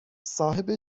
صاحب